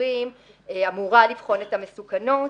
השחרורים אמורה לבחון את המסוכנות.